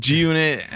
G-Unit